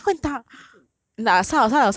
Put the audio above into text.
eh but kai jun kai jun just